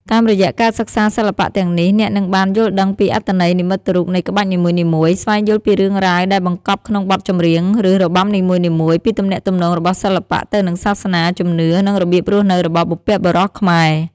តាមរយៈការសិក្សាសិល្បៈទាំងនេះ អ្នកនឹងបាន យល់ដឹងពីអត្ថន័យនិមិត្តរូបនៃក្បាច់នីមួយៗ ស្វែងយល់ពីរឿងរ៉ាវដែលបង្កប់ក្នុងបទចម្រៀង ឬរបាំនីមួយៗ ពីទំនាក់ទំនងរបស់សិល្បៈទៅនឹងសាសនា ជំនឿ និងរបៀបរស់នៅរបស់បុព្វបុរសខ្មែរ។